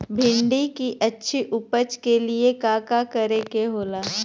भिंडी की अच्छी उपज के लिए का का करे के होला?